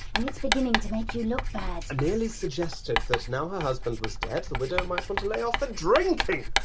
and it's beginning to make you look bad. i merely suggested that, now her husband was dead, the widow might want to lay off the drinking.